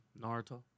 Naruto